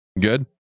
Good